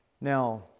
Now